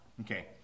Okay